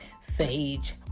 sage